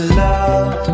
love